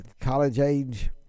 college-age